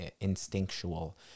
instinctual